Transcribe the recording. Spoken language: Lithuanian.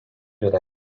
yra